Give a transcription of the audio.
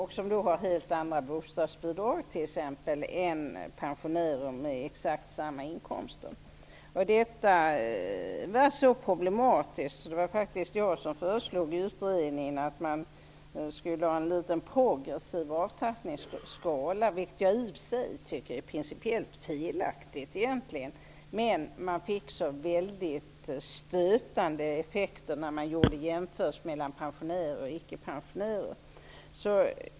De har ju helt andra bostadsbidrag än pensionärer med exakt samma inkomster. Detta var så problematiskt att jag i utredningen föreslog att vi skulle ha en progressiv avtappningsskala. Jag tycker i och för sig att det är principiellt felaktigt. Men det blev så väldigt stötande effekter, vid en jämförelse mellan pensionärer och icke-pensionärer.